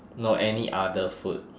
no any other food